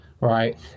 right